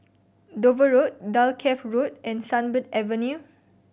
Dover Road Dalkeith Road and Sunbird Avenue